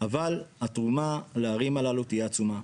אבל התרומה לערים הללו תהיה עצומה.